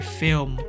film